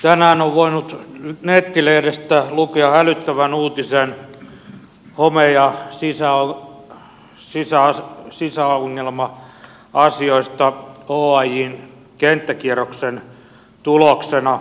tänään on voinut nettilehdestä lukea hälyttävän uutisen home ja sisäilmaongelma asioista oajn kenttäkierroksen tuloksena